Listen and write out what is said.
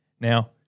Now –